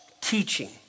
teaching